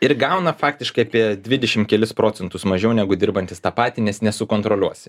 ir gauna faktiškai apie dvidešimt kelis procentus mažiau negu dirbantys tą patį nes nesukontroliuosi